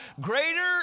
Greater